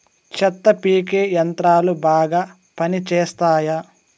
చెత్త పీకే యంత్రాలు బాగా పనిచేస్తాయా?